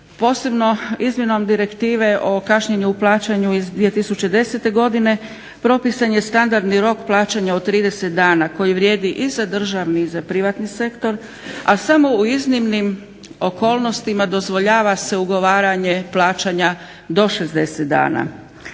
posebno izmjenom direktive u kašnjenju u plaćanju iz 2010. godine propisan je standardni rok plaćanja od 30 dana koji vrijedi i za državni i za privatni sektor, a samo u iznimnim okolnostima dozvoljava se ugovaranje plaćanja do 60 dana.